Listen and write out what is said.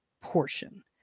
portion